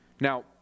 Now